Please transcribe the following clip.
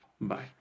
Bye